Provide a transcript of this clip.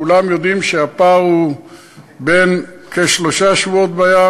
כולם יודעים שהפער הוא של כשלושה שבועות בים,